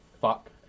Fuck